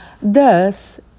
Thus